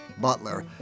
Butler